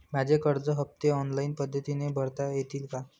माझे कर्ज हफ्ते ऑनलाईन पद्धतीने भरता येतील का?